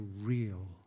real